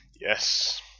yes